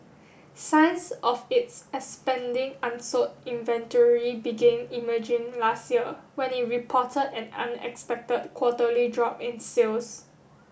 signs of its expanding unsold inventory began emerging last year when it reported an unexpected quarterly drop in sales